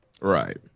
Right